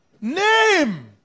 name